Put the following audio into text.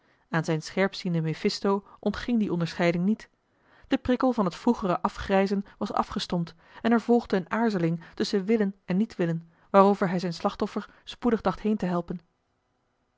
aan zijn scherpzienden mephisto ontging die onderscheiding niet de prikkel van het vroegere afgrijzen was afgestompt en er volgde eene aarzeling tusschen willen en niet willen waarover hij zijn slachtoffer spoedig dacht heen te helpen